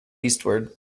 eastward